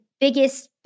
biggest